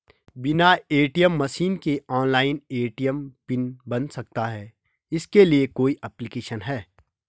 बिना ATM machine के online ATM PIN बन सकता है इसके लिए कोई ऐप्लिकेशन है?